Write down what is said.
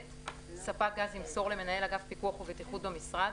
ספק גז ימסור למנהל אגף פיקוח ובטיחות במשרד,